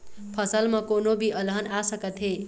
फसल म कोनो भी अलहन आ सकत हे